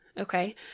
Okay